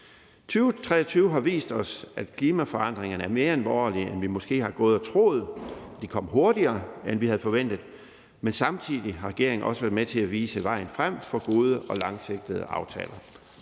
2023 har vist os, at klimaforandringerne er mere alvorlige, end vi måske har gået og troet. De kom hurtigere, end vi havde forventet. Men samtidig har regeringen også været med til at vise vejen frem med gode og langsigtede aftaler.